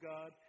God